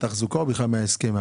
מהתחזוקה או בכלל מההסכם,